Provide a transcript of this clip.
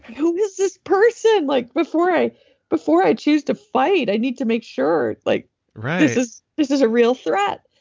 who is this person? like before i before i choose to fight, i need to make sure like this is this is a real threat.